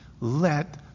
let